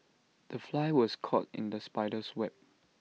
the fly was caught in the spider's web